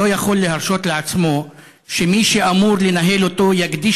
אינו יכול להרשות לעצמו שמי שאמור לנהל אותו יקדיש